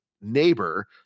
neighbor